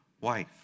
wife